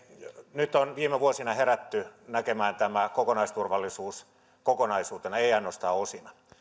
nyt on viime vuosina herätty näkemään tämä kokonaisturvallisuus kokonaisuutena ei ei ainoastaan osina